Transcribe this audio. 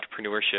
entrepreneurship